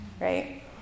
right